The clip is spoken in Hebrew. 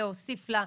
להוסיף לה,